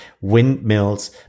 windmills